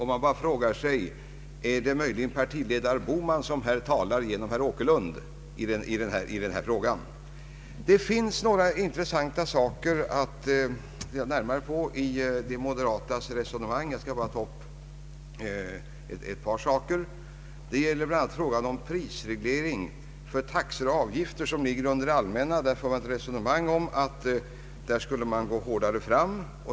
Man bara frågar sig: Är det möjligen partiledare Bohman som talar genom herr Åkerlund i denna fråga? Det finns emellertid några intressanta avsnitt i de moderatas resonemang, och jag skall bara ta upp ett par av dem. Det gäller bl.a. frågan om prisreglering av taxor och avgifter som ligger under de allmänna, Därvidlag för moderaterna det resonemanget att man skulle gå hårdare fram.